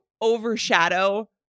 overshadow